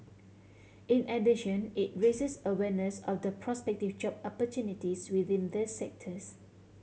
in addition it raises awareness of the prospective job opportunities within these sectors